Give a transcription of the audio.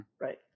Right